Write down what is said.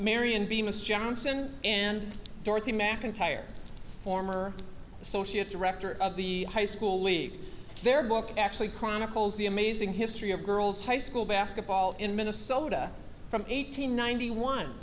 marion bemis johnson and dorothy mcintyre former associate director of the high school league their book actually chronicles the amazing history of girls high school basketball in minnesota from eight hundred ninety one